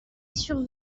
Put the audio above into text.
sur